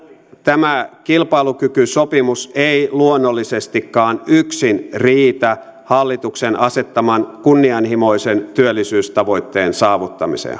tämä kilpailukykysopimus ei luonnollisestikaan yksin riitä hallituksen asettaman kunnianhimoisen työllisyystavoitteen saavuttamiseen